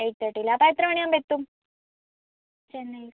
eight thirty അല്ലേ അപ്പം എത്ര മണി ആവുമ്പോൾ എത്തും ചെന്നൈ